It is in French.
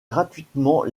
gratuitement